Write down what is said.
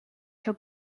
your